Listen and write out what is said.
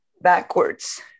backwards